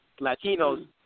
Latinos